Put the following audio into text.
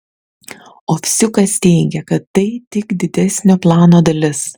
ovsiukas teigia kad tai tik didesnio plano dalis